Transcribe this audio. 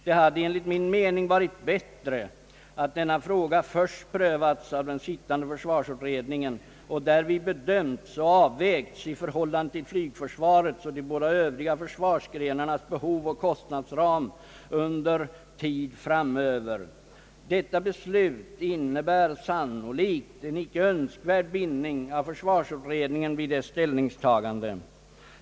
Det hade enligt min mening varit klokast att denna fråga först prövats av den sittande försvarsutredningen och därvid bedömts och avvägts i förhållande till flygförsvarets och de båda Övriga försvarsgrenarnas behov och kostnadsramar under tid framöver. Detta beslut innebär sannolikt en icke önskvärd bindning av försvarsutredningen vid dess ställningstaganden.